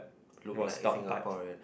look like Singaporean